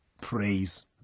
praise